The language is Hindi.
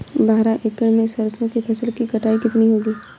बारह एकड़ में सरसों की फसल की कटाई कितनी होगी?